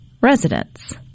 residents